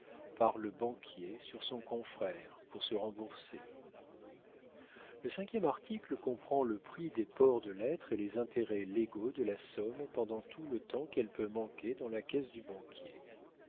par le banquier sur son confrère pour se rembourser le cinquième article comprend le prix des ports de lettres et les intérêts légaux de la somme pendant tout le temps qu'elle peut manquer dans la caisse du banquier